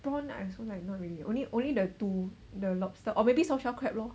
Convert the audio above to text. brawn I'm also like not really only only the two the lobster or maybe soft shell crab lor